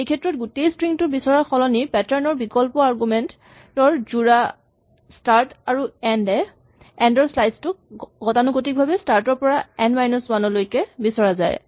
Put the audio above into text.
এইক্ষেত্ৰত গোটেই স্ট্ৰিং টোত বিচৰাৰ সলনি পেটাৰ্ণ ৰ বিকল্প আৰগুমেন্ট ৰ যোৰা স্টাৰ্ট আৰু য়েন্ড ৰ স্লাইচ টোক গতানুগতিকভাৱে স্টাৰ্ট ৰ পৰা য়েন্ড মাইনাছ ৱান লৈকে বিচৰা যায়